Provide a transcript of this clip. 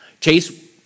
Chase